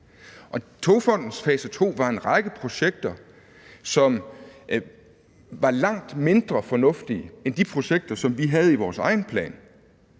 Togfondens fase to var en række projekter, som var langt mindre fornuftige end de projekter, som vi havde i vores egen plan.